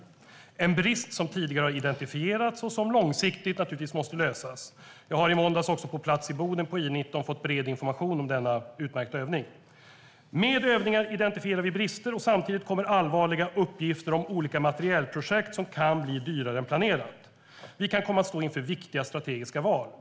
Det är en brist som tidigare har identifierats och som naturligtvis långsiktigt måste lösas. Jag var i måndags också på plats i Boden på I 19 och har fått bred information om denna utmärkta övning. Med övningar identifierar vi brister. Samtidigt kommer allvarliga uppgifter om olika materielprojekt som kan bli dyrare än planerat. Vi kan komma att stå inför viktiga strategiska val.